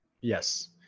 yes